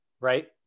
right